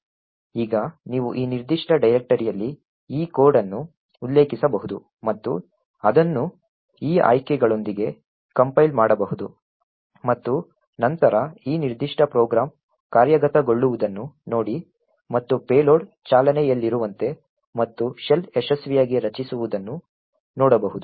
ಈಗ ನೀವು ಈ ನಿರ್ದಿಷ್ಟ ಡೈರೆಕ್ಟರಿಯಲ್ಲಿ ಈ ಕೋಡ್ ಅನ್ನು ಉಲ್ಲೇಖಿಸಬಹುದು ಮತ್ತು ಅದನ್ನು ಈ ಆಯ್ಕೆಗಳೊಂದಿಗೆ ಕಂಪೈಲ್ ಮಾಡಬಹುದು ಮತ್ತು ನಂತರ ಈ ನಿರ್ದಿಷ್ಟ ಪ್ರೋಗ್ರಾಂ ಕಾರ್ಯಗತಗೊಳ್ಳುವುದನ್ನು ನೋಡಿ ಮತ್ತು ಪೇಲೋಡ್ ಚಾಲನೆಯಲ್ಲಿರುವಂತೆ ಮತ್ತು ಶೆಲ್ ಯಶಸ್ವಿಯಾಗಿ ರಚಿಸುವುದನ್ನು ನೋಡಬಹುದು